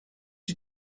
you